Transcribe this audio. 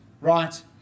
right